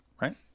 right